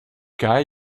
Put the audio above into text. cas